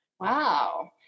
Wow